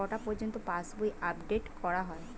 কটা পযর্ন্ত পাশবই আপ ডেট করা হয়?